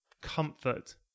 comfort